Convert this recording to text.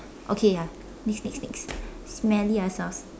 okay ya next next next smelly